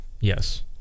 Yes